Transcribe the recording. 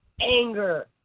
anger